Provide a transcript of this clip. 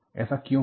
ऐसा क्यों हुआ